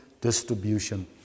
distribution